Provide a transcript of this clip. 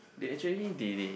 they actually they they